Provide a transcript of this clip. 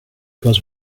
goes